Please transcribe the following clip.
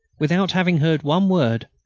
without having heard one word,